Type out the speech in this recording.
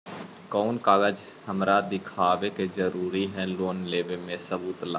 कौन कागज हमरा दिखावे के जरूरी हई लोन लेवे में सबूत ला?